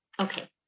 Okay